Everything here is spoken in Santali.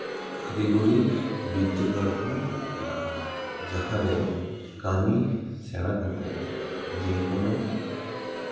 ᱠᱟᱹᱨᱤᱜᱚᱨᱤ ᱵᱤᱫᱽᱫᱟᱹᱜᱟᱲ ᱦᱚᱸ ᱦᱮᱱᱟᱜᱼᱟ ᱡᱟᱦᱟᱸ ᱨᱮ ᱠᱟᱹᱢᱤ ᱥᱮᱬᱟ ᱠᱟᱛᱮᱜ ᱡᱮᱠᱳᱱᱳ